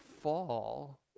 fall